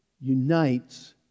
unites